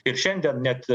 ir šiandien net